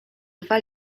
dwa